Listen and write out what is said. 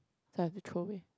so I have to throw it